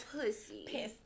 Pussy